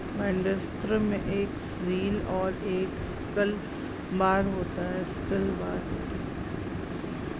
binders में एक reel और एक सिकल बार होता है